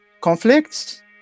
conflicts